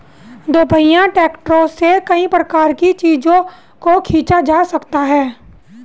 दोपहिया ट्रैक्टरों से कई प्रकार के चीजों को खींचा जा सकता है